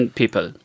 people